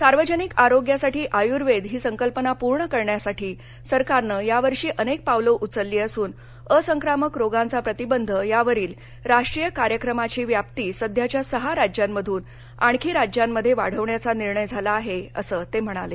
सार्वजनिक आरोग्यासाठी आयुर्वेद ही संकल्पना पूर्ण करण्यासाठी सरकारनं यावर्षी अनेक पावलं उचलली असून अं संक्रामक रोगांचा प्रतिबंध यावरील राष्ट्रीय कार्यक्रमाची व्याप्ती सध्याच्या सहा राज्यांमधून आणखी राज्यांमध्ये वाढवण्याचा निर्णय झाला आहे असं ते म्हणाले